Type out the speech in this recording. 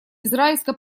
израильско